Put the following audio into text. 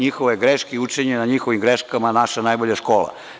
Njihove greške i učenje na njihovim greškama je naša najbolja škola.